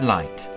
Light